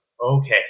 okay